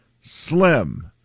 Slim